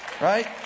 right